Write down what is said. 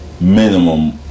Minimum